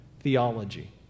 theology